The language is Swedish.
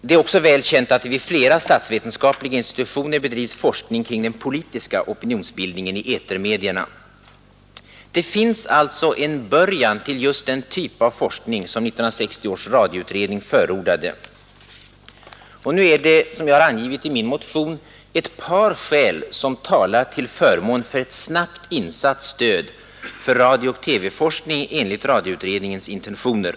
Det är vidare känt att det vid flera statsvetenskapliga institutioner bedrivs forskning kring den politiska opinionsbildningen i etermedierna. Det finns alltså en början till just den typ av forskning som 1960 års radioutredning förordade. Som jag angivit i min motion finns det ett par skäl som talar till förmån för ett snabbt insatt stöd för radiooch TV-forskning enligt radioutredningens intentioner.